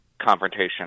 confrontation